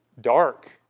dark